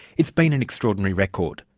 it's been an extraordinary record.